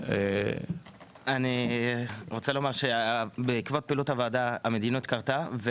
אני רוצה לומר שבעקבות פעילות הוועדה המדיניות קרתה.